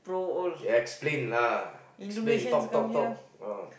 explain lah explain talk talk talk ah